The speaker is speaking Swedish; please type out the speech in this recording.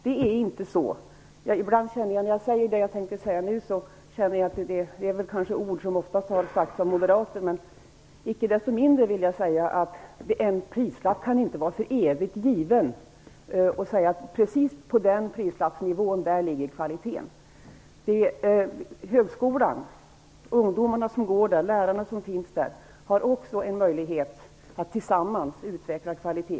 Det som jag tänker säga nu är väl egentligen ord som ofta har sagts av moderater, men icke desto mindre kan en prislapp inte vara för evigt given. Man kan inte säga exakt på vilken prisnivå som kvaliteten ligger. Ungdomarna som studerar på högskolan och lärarna som finns där har också en möjlighet att tillsammans utveckla kvalitet.